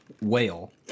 whale